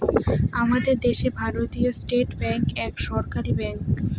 আমাদের দেশে ভারতীয় স্টেট ব্যাঙ্ক এক সরকারি ব্যাঙ্ক